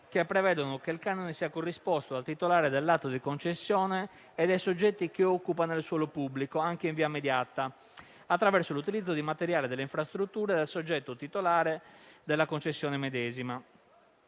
che prevedono che il canone sia corrisposto dal titolare dell'atto di concessione e dai soggetti che occupano il suolo pubblico, anche in via mediata, attraverso l'utilizzo di materiale delle infrastrutture del soggetto titolare della concessione medesima.